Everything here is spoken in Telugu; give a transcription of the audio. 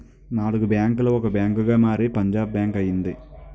నాలుగు బ్యాంకులు ఒక బ్యాంకుగా మారి పంజాబ్ బ్యాంక్ అయింది